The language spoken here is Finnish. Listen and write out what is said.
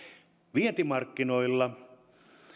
vientimarkkinoilla